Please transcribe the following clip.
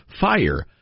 fire